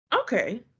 Okay